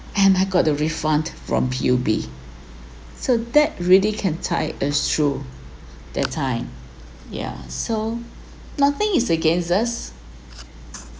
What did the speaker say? and I got the refund from P_U_B so that really can tide us through that time ya so nothing is against us